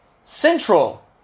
central